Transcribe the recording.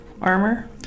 Armor